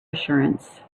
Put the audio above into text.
assurance